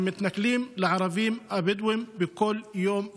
הם מתנכלים לערבים הבדואים בכל יום ויום.